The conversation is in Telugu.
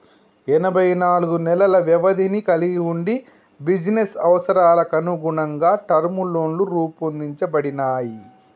ఎనబై నాలుగు నెలల వ్యవధిని కలిగి వుండి బిజినెస్ అవసరాలకనుగుణంగా టర్మ్ లోన్లు రూపొందించబడినయ్